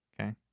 Okay